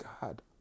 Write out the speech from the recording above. God